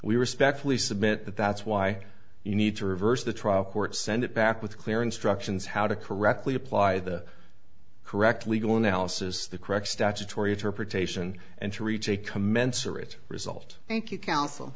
we respectfully submit that that's why you need to reverse the trial court send it back with clear instructions how to correctly apply the correct legal analysis the correct statutory interpretation and to reach a commensurate result thank you counsel